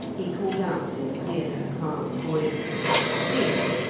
he called out in a clear, calm voice cleek!